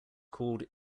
called